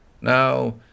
Now